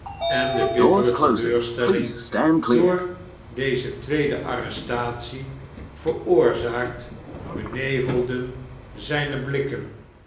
en de bittere teleurstelling door deze tweede arrestatie veroorzaakt benevelden zijne blikken